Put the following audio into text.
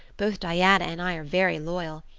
both diana and i are very loyal.